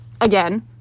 again